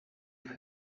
who